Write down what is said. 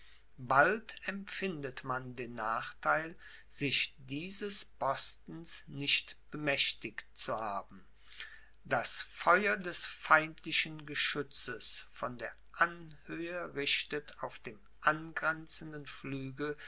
bald empfindet man den nachtheil sich dieses postens nicht bemächtigt zu haben das feuer des feindlichen geschützes von der anhöhe richtet auf dem angrenzenden flügel